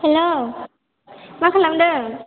hello मा खालामदों